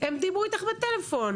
הם דיברו איתך בטלפון.